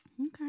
Okay